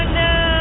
no